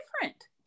different